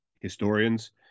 historians